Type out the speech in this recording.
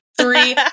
three